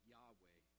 Yahweh